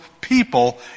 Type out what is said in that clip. people